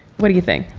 what do you think?